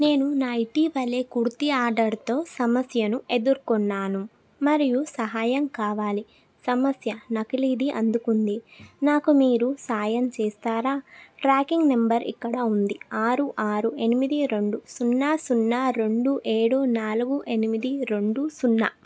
నేను నా ఇటీవలే కుర్తి ఆర్డర్తో సమస్యను ఎదురుకొన్నాను మరియు సహాయం కావాలి సమస్య నకిలీది అందుకుంది నాకు మీరు సాయం చేస్తారా ట్రాకింగ్ నంబర్ ఇక్కడ ఉంది ఆరు ఆరు ఎనిమిది రెండు సున్నా సున్నా రెండు ఏడు నాలుగు ఎనిమిది రెండు సున్నా